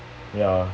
ya